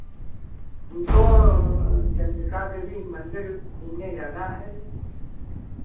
हमको चन्द्रिका देवी मन्दिर घूमने जाना है